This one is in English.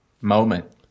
moment